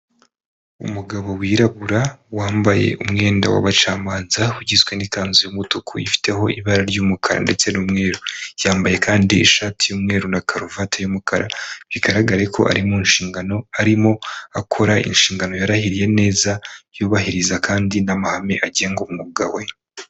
Umugabo wirabura wambaye umwenda w'abacamanza, ugizwe n'ikanzu y'umutuku ifiteho ibara ry'umukara ndetse n'umweru, yambaye kandi ishati y'umweru na karuvati' y'umukara, bigaragare ko ari mu nshingano arimo akora inshingano yarahiriye neza, yubahiriza kandi n'amahame agenga umwuga we.